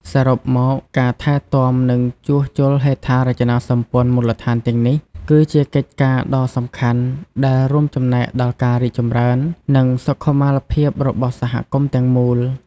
សរុបមក ការថែទាំ និងជួសជុលហេដ្ឋារចនាសម្ព័ន្ធមូលដ្ឋានទាំងនេះ គឺជាកិច្ចការដ៏សំខាន់ដែលរួមចំណែកដល់ការរីកចម្រើន និងសុខុមាលភាពរបស់សហគមន៍ទាំងមូល។